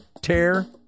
Tear